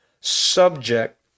subject